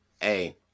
Hey